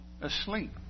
asleep